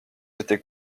était